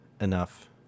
Enough